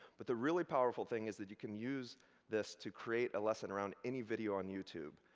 but the really powerful thing is that you can use this to create a lesson around any video on youtube.